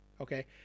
okay